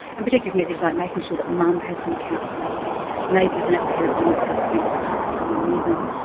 and protective measures like making sure that mum has some counselling, and maybe there's an apprehended violence order for prevent this partner coming near them,